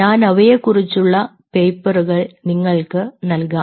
ഞാൻ അവയെക്കുറിച്ചുള്ള പേപ്പറുകൾ നിങ്ങൾക്ക് നൽകാം